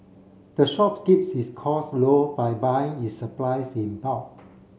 the shops keeps its cost low by buying its supplies in bulk